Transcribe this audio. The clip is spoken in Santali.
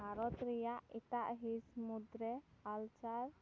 ᱵᱷᱟᱨᱚᱛ ᱨᱮᱭᱟᱜ ᱮᱴᱟᱜ ᱦᱤᱸᱥ ᱢᱩᱫᱽ ᱨᱮ ᱠᱟᱞᱪᱟᱨ